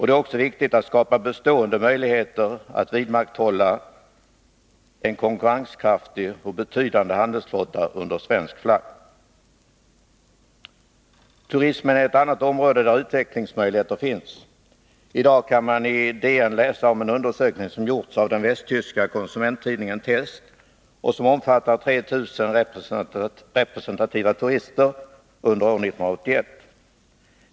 Det är också viktigt att skapa bestående möjligheter att vidmakthålla en konkurrenskraftig och betydande handelsflotta under svensk flagg. Turismen är ett annat område där utvecklingsmöjligheter finns. I dag kan man i Dagens Nyheter läsa om en undersökning som har gjorts av den västtyska konsumenttidningen Test och som omfattar 3 000 representativa turister under år 1981.